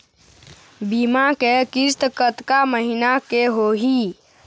बीमा के किस्त कतका महीना के होही?